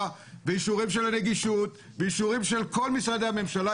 ואישורים של הנגישות ואישורים של כל משרדי הממשלה,